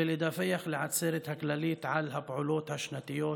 ולדווח לעצרת הכללית על הפעולות השנתיות